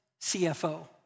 CFO